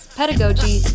pedagogy